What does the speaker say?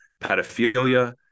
pedophilia